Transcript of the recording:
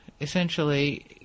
essentially